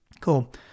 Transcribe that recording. cool